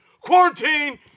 Quarantine